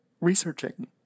researching